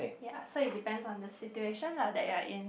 ya so it depends on the situation lah that you're in